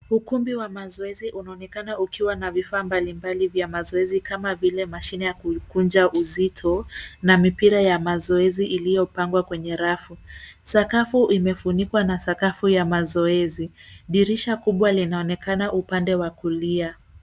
Ukumbi wa mazoezi unaonekana ukiwa na vifaa mbalimbali vya mazoezi kama vile mashine ya kukunja uzito na mipira ya mazoezi iliyopangwa kwenye rafu. Sakafu imefunikwa na sakafu ya mazoezi. Dirisha kubwa linaonekana upande wa kulia.